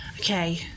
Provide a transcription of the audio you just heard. Okay